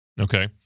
Okay